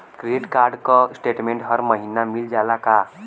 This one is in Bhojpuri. क्रेडिट कार्ड क स्टेटमेन्ट हर महिना मिल जाला का?